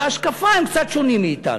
בהשקפה הם קצת שונים מאתנו.